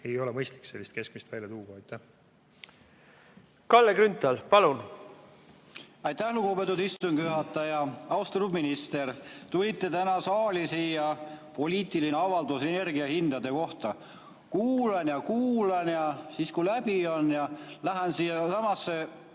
ei ole mõistlik siin sellist keskmist välja tuua. Kalle Grünthal, palun! Aitäh, lugupeetud istungi juhataja! Austatud minister! Tulite täna siia saali – poliitiline avaldus energiahindade kohta. Kuulan ja kuulan, ja siis kui kõne on läbi, lähen siiasamasse